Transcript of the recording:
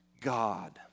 God